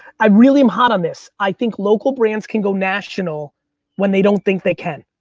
i really am hot on this. i think local brands can go national when they don't think they can.